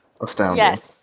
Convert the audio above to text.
astounding